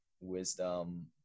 wisdom